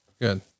Good